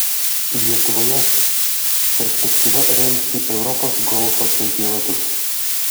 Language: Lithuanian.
lietuvoje perspektyva rengti europos golfo čempionatus